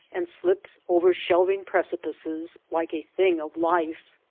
and slips over shelving precipices like a thing of life.